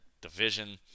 division